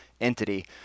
entity